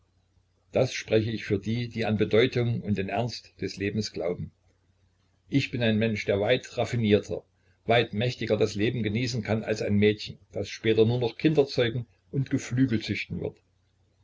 das spreche ich für die die an bedeutung und den ernst des lebens glauben ich bin ein mensch der weit raffinierter weit mächtiger das leben genießen kann als ein mädchen das später doch nur kinder zeugen und geflügel züchten wird